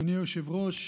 אדוני היושב-ראש,